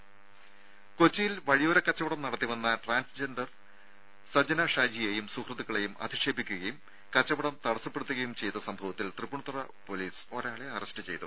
രുമ കൊച്ചിയിൽ വഴിയോരക്കച്ചവടം നടത്തിവന്ന ട്രാൻസ്ജെൻഡർ സജന ഷാജിയെയും സുഹൃത്തുക്കളേയും അധിക്ഷേപിക്കുകയും കച്ചവടം തടസ്സപ്പെടുത്തുകയും ചെയ്ത സംഭവത്തിൽ തൃപ്പൂണിത്തറ പൊലീസ് ഒരാളെ അറസ്റ്റ് ചെയ്തു